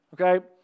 Okay